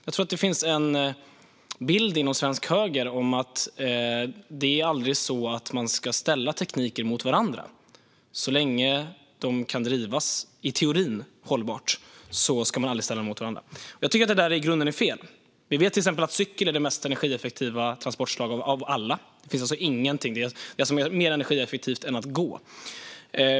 Jag tror att det finns en bild inom svensk höger att man aldrig ska ställa tekniker mot varandra. Så länge de kan drivas i teorin hållbart ska man aldrig ställa dem mot varandra. Jag tycker att detta i grunden är fel. Vi vet till exempel att cykel är det mest energieffektiva transportslaget av alla. Det är alltså mer energieffektivt än att gå.